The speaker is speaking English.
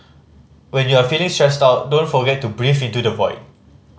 when you are feeling stressed out don't forget to breathe into the void